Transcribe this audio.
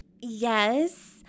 Yes